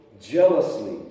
jealously